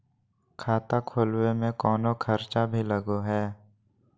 खाता खोलावे में कौनो खर्चा भी लगो है?